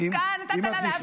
אז כאן נתת לה להפליג,